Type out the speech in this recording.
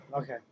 Okay